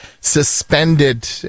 suspended